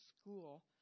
school